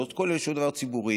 לא כולל שום דבר ציבורי,